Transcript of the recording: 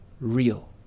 real